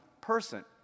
person